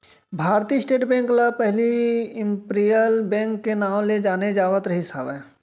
भारतीय state bank ल पहिली इम्पीरियल बेंक के नांव ले जाने जावत रिहिस हवय